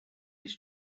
his